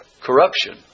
Corruption